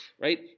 right